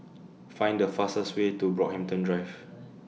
Find The fastest Way to Brockhampton Drive